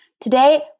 today